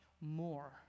more